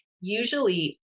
usually